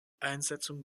einsetzung